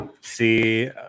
See